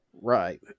right